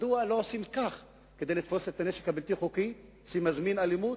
מדוע לא עושים כך כדי לתפוס את הנשק הבלתי-חוקי שמזמין אלימות,